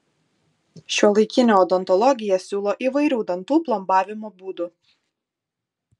šiuolaikinė odontologija siūlo įvairių dantų plombavimo būdų